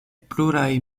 pluraj